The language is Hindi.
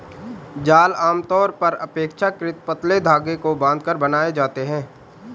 जाल आमतौर पर अपेक्षाकृत पतले धागे को बांधकर बनाए जाते हैं